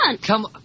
Come